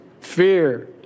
fear